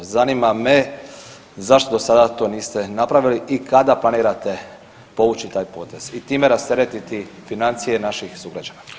Zanima me zašto do sada to niste napravili i kada planirate povući taj potez i time rasteretiti financije naših sugrađana?